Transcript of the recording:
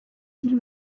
pile